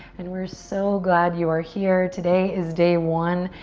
and we're so glad you are here. today is day one.